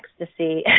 ecstasy